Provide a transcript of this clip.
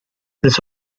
this